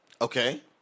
Okay